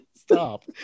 stop